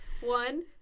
One